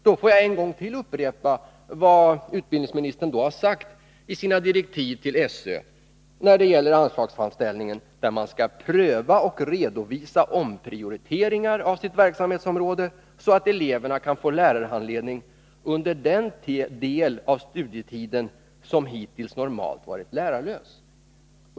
Då får jag ytterligare en gång upprepa vad utbildningsministern har sagt i sina direktiv till SÖ när det gäller anslagsframställningen: Man skall där pröva och redovisa omprioriteringar av sitt verksamhetsområde, så att eleverna kan få lärarhandledning under den del av studietiden som hittills normalt varit lärarlös.